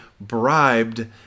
bribed